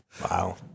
Wow